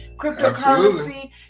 Cryptocurrency